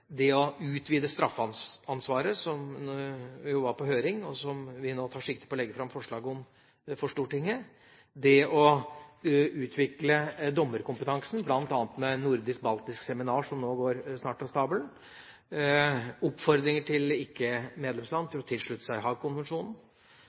det å utvide straffeansvaret, som har vært på høring, og som vi nå tar sikte på å legge fram forslag om for Stortinget, det å utvikle dommerkompetansen, bl.a. med et nordisk-baltisk seminar som snart går av stabelen, oppfordringer til